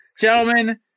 gentlemen